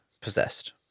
possessed